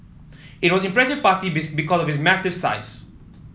it was impressive party because of massive size